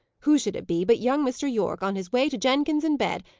who should it be but young mr. yorke, on his way to jenkins in bed,